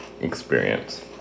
experience